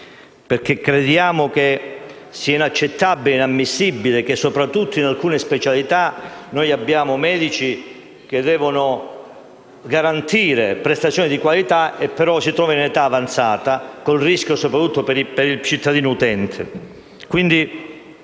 medici. Crediamo infatti che sia inaccettabile ed inammissibile che, soprattutto in alcune specialità, vi siano medici che devono garantire prestazioni di qualità trovandosi però in età avanzata, con rischi soprattutto per il cittadino utente.